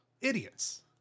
Idiots